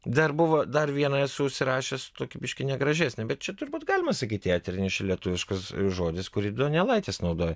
dar buvo dar vieną esu užsirašęs tokį biškį negražesnį bet čia turbūt galima sakyt į eterį lietuviškas žodis kurį donelaitis naudoja